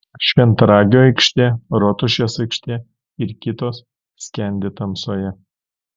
šventaragio aikštė rotušės aikštė ir kitos skendi tamsoje